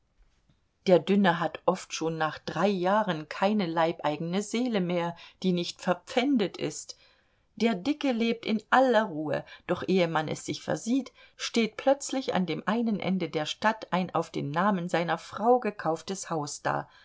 der dünne hat oft schon nach drei jahren keine leibeigene seele mehr die nicht verpfändet ist der dicke lebt in aller ruhe doch ehe man es sich versieht steht plötzlich an dem einen ende der stadt ein auf den namen seiner frau gekauftes haus da